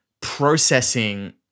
processing